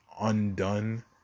undone